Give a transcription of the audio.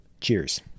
cheers